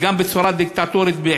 וגם בצורה דיקטטורית,